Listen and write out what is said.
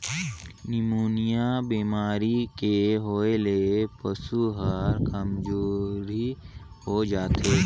pneumonia बेमारी के होय ले पसु हर कामजोरिहा होय जाथे